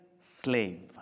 slave